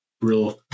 real